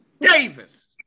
Davis